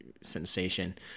sensation